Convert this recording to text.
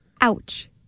Ouch